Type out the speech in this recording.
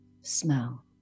smell